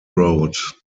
road